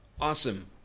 Awesome